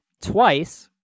twice